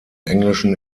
englischen